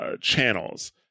channels